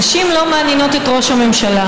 נשים לא מעניינות את ראש הממשלה,